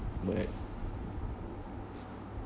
but